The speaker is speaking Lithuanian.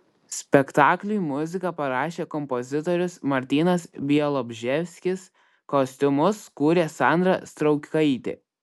spektakliui muziką parašė kompozitorius martynas bialobžeskis kostiumus kūrė sandra straukaitė